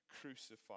crucified